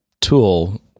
tool